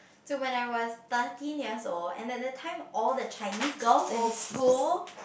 so when I was thirteen years old and that that time all the Chinese girls in school